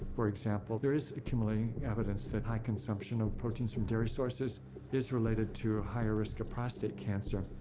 for example, there is accumulating evidence that high consumption of proteins from dairy sources is related to a higher risk of prostate cancer.